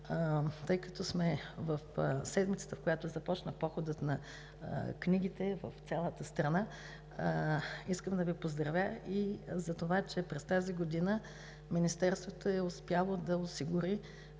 тъй като сме в седмицата, в която започна „Походът на книгите“ в цялата страна, искам да Ви поздравя и за това, че през тази година Министерството е успяло да осигури